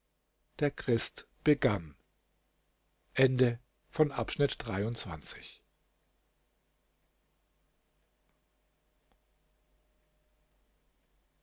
der christ begann